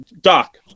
Doc